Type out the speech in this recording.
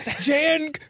Jan